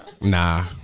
Nah